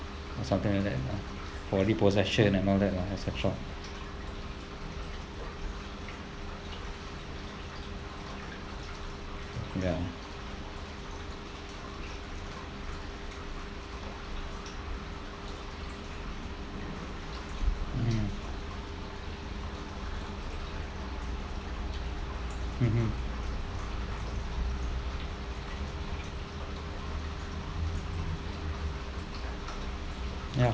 or something like that for lead possession and all that ah ya mm mmhmm ya